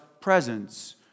presence